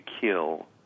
kill